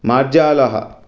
मार्जालः